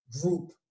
group